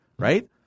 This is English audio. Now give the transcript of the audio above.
Right